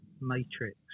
matrix